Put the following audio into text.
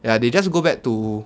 ya they just go back to